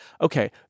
okay